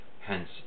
Hence